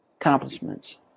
accomplishments